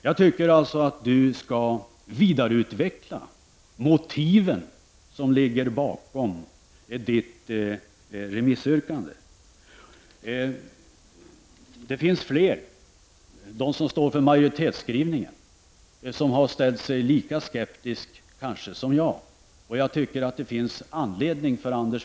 Jag tycker att Anders Björck skall vidareutveckla de motiv som ligger bakom återremissyrkandet. Det finns fler än jag bland dem som står för majoritetsskrivningen som ställer sig lika skeptiska som jag till detta återremissyrkande.